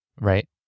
Right